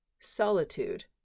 Solitude